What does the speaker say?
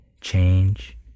change